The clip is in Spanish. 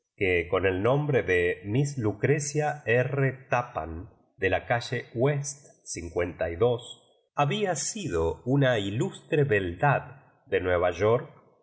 con eí nombre de misa lucrecia r tappan de ja calle pues había sido una ilustre beldad de nueva